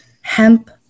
hemp